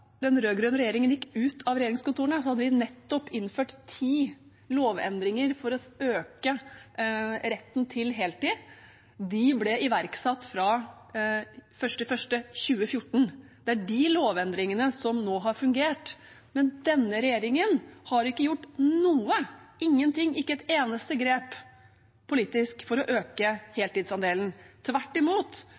den rød-grønne regjeringen gikk ut av regjeringskontorene, hadde vi nettopp innført ti lovendringer for å øke retten til heltid. De ble iverksatt 1. januar 2014. Det er de lovendringene som nå har fungert, men denne regjeringen har ikke gjort noe – ingen ting, ikke et eneste grep – politisk for å øke heltidsandelen. Tvert imot